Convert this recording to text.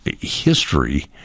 history